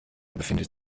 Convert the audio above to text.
befindet